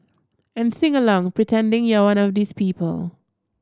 and sing along pretending you're one of these people